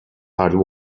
hard